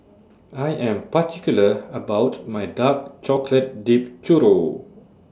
I Am particular about My Dark Chocolate Dipped Churro